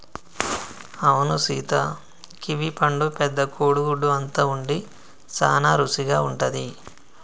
అవును సీత కివీ పండు పెద్ద కోడి గుడ్డు అంత ఉండి సాన రుసిగా ఉంటది